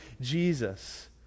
Jesus